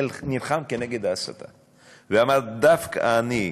נלחם כנגד ההסתה ואמר: דווקא אני,